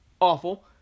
awful